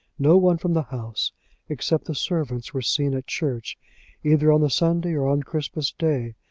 no one from the house except the servants were seen at church either on the sunday or on christmas-day.